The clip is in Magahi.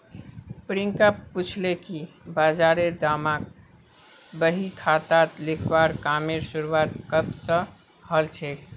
प्रियांक पूछले कि बजारेर दामक बही खातात लिखवार कामेर शुरुआत कब स हलछेक